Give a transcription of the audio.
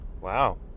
Wow